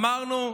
אמרנו,